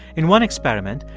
in one experiment,